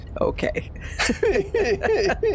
Okay